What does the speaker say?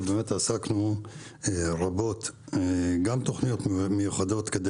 ובאמת עסקנו רבות גם בתוכניות מיוחדות כדי